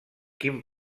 quin